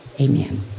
Amen